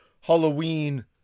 Halloween